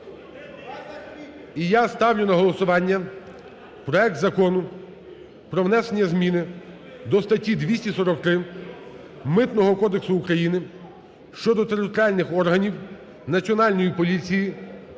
І я ставлю на голосування проект Закону про внесення зміни до статті 243 Митного кодексу України щодо територіальних органів Національної поліції